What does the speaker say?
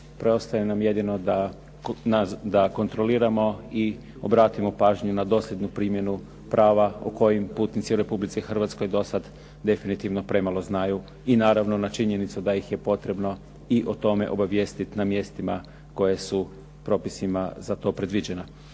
Preostaje nam jedino da kontroliramo i obratimo pažnju na dosljednu primjenu prava o kojim putnici u Republici Hrvatskoj dosad definitivno premalo znaju i naravno na činjenicu da ih je potrebno i o tome obavijestiti na mjestima koje su propisima za to predviđena.